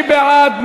מי בעד?